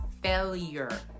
failure